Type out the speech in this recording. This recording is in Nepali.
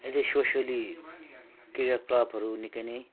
यदि सोसियल्ली क्रियाकलापहरू निकै नै